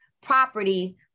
property